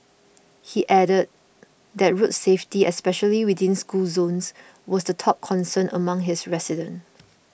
he added that road safety especially within school zones was the top concern among his residents